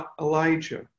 Elijah